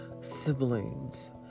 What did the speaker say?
siblings